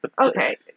Okay